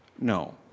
No